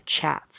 chats